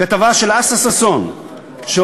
כתבה של אסא ששון שאומרת,